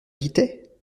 guittet